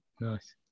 Nice